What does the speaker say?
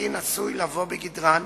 שקטין עשוי לבוא בגדרן,